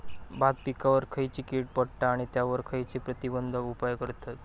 भात पिकांवर खैयची कीड पडता आणि त्यावर खैयचे प्रतिबंधक उपाय करतत?